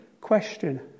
question